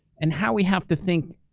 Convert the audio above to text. and how we have to think.